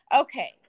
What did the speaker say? Okay